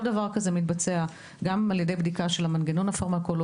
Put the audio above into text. כל דבר כזה מתבצע גם על ידי בדיקה של המנגנון הפרמקולוגי,